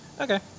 okay